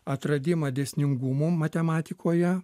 atradimą dėsningumų matematikoje